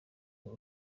wowe